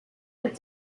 but